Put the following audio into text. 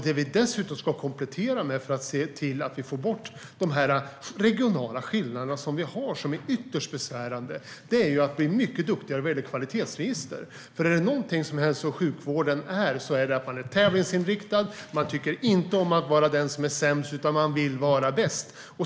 Det vi ska komplettera med för att se till att få bort de regionala skillnader som vi har och som är ytterst besvärande är att bli mycket duktigare vad gäller kvalitetsregister, för är det någonting man är i hälso och sjukvården är det tävlingsinriktad. Man tycker inte om att vara den som är sämst, utan man vill vara bäst.